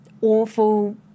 Awful